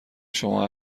شما